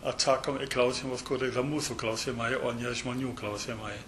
atsakome į klausimus kur yra mūsų klausimai o ne žmonių klausimai